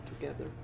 together